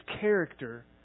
character